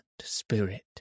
spirit